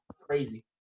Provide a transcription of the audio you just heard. crazy